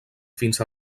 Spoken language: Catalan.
fins